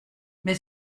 mais